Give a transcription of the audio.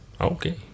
okay